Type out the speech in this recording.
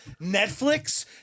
netflix